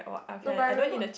no but I remember